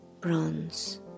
bronze